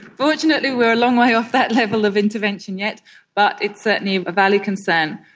fortunately we are a long way off that level of intervention yet but it's certainly a valid concern.